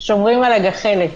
שומרים על הגחלת.